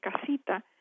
casita